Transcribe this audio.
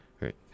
right